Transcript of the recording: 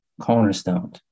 cornerstone